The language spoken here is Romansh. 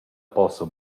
possa